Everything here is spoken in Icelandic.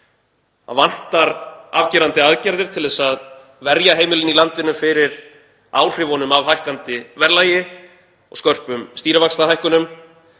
Hér vantar afgerandi aðgerðir til að verja heimilin í landinu fyrir áhrifum af hækkandi verðlagi og skörpum stýrivaxtahækkunum,